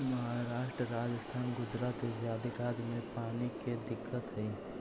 महाराष्ट्र, राजस्थान, गुजरात इत्यादि राज्य में पानी के दिक्कत हई